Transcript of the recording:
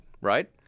right